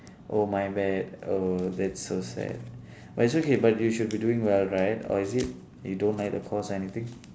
oh my bad oh that's so sad but it's okay but you should be doing well right or is it you don't like the course or anything